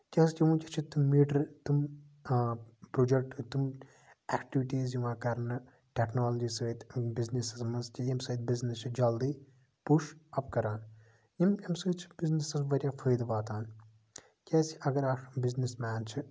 کیازِ کہِ ؤنکیٚس چھِ تِم میٖٹر تِم پروجیکٹ تِم اٮ۪کٹِوٹیٖز یِوان کرنہٕ ٹیکنولجی سۭتۍ بِزنِسَس منٛز کہِ ییٚمہِ سۭتۍ بِزنِس چھُ جلدی پُش اَپ کران یِم اَمہِ سۭتۍ چھُ بِزنِسَس جلدی واریاہ فٲیدٕ واتان کیازِ اَگر اکھ بِزنِس مین چھُ